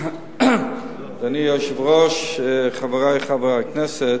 אדוני היושב-ראש, חברי חברי הכנסת,